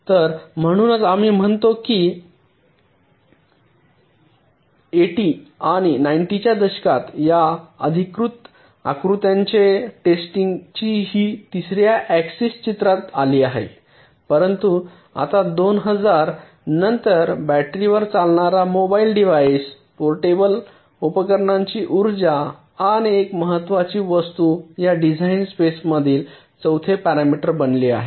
तर म्हणूनच आम्ही म्हणतो की 80 आणि 90 च्या दशकात या आकृत्यातील टेस्टची ही तिसऱ्या ऍक्सिसच्या चित्रात आली होती परंतु आता २००० नंतर बॅटरीवर चालणारा मोबाईल डिव्हाइस पोर्टेबल उपकरणांची उर्जा आणि एक महत्त्वाची वस्तू या डिझाइन स्पेसमधील चौथे पॅरामीटर बनली आहे